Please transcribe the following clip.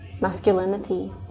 masculinity